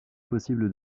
possible